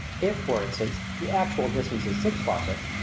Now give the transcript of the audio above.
if, for instance, the actual distance is six farsakhs,